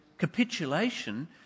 capitulation